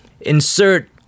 insert